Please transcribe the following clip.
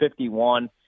51